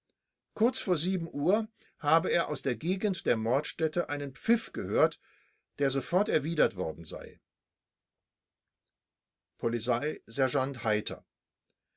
kurz vor uhr habe er aus der gegend der mordstätte einen pfiff gehört der sofort erwiedert worden sei polizeisergeant heiter